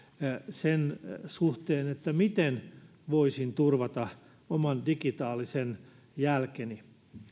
sen suhteen miten voisin turvata oman digitaalisen jälkeni